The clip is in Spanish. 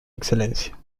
excelencia